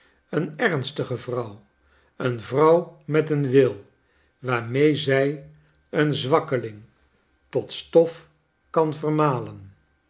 een ernstige vrouw een vrouw met een wil waarmee zij een zwakkeling tot stof kan